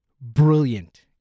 brilliant